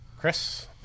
Chris